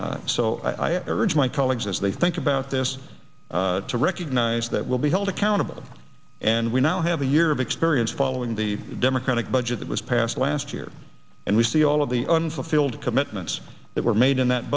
it's my colleagues as they think about this to recognize that will be held accountable and we now have a year of experience following the democratic budget that was passed last year and we see all of the unfulfilled commitments that were made in that